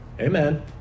Amen